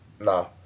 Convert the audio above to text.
no